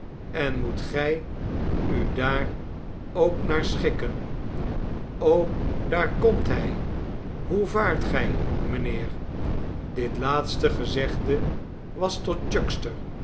en moet gij u daar ook naar schikken daar komt hij hoe vaart gij mijnheer dit laatste gezegde was tot